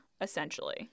essentially